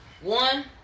one